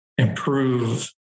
Improve